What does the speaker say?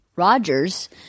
Rogers